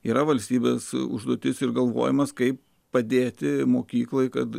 yra valstybės užduotis ir galvojimas kaip padėti mokyklai kad